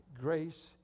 Grace